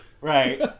right